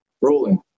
Rolling